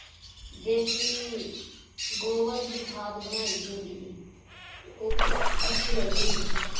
देसी गोबर दी खाद बनाई दी होंदी ही ते ओह्बी अच्छी लगदी ही